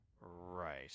Right